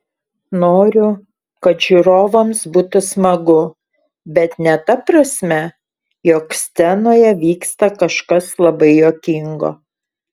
noriu kad žiūrovams būtų smagu bet ne ta prasme jog scenoje vyksta kažkas labai juokingo